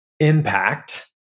impact